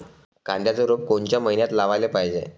कांद्याचं रोप कोनच्या मइन्यात लावाले पायजे?